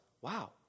wow